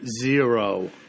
zero